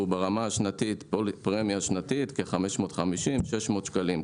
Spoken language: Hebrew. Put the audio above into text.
פרמיה שנתית של 550 600 שקלים.